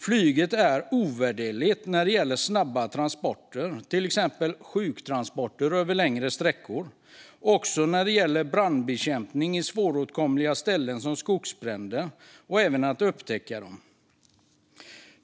Flyget är ovärderligt när det gäller snabba transporter, till exempel sjuktransporter över längre sträckor, och när det gäller upptäckt av brand och brandbekämpning på svåråtkomliga ställen, exempelvis vid skogsbrand.